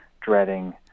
dreading